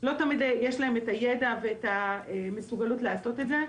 שלא תמיד יש להם את הידע ואת המסוגלות לעשות את זה.